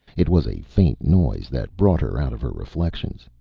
it was a faint noise that brought her out of her reflections.